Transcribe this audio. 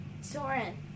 Soren